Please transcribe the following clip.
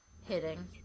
hitting